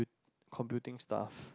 computing stuff